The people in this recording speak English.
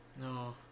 No